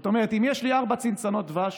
זאת אומרת, אם יש לי ארבע צנצנות דבש